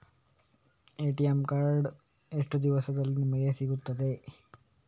ATM card ಎಷ್ಟು ದಿವಸದಲ್ಲಿ ನಮಗೆ ಸಿಗುತ್ತದೆ?